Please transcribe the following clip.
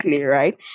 Right